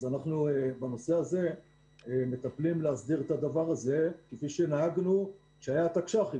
אנחנו מטפלים כדי להסדיר את הדבר הזה כפי שנהגנו כשהיו התקש"חים.